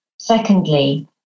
Secondly